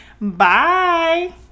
bye